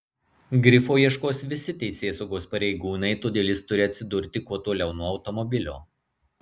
grifo ieškos visi teisėsaugos pareigūnai todėl jis turi atsidurti kuo toliau nuo automobilio